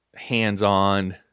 hands-on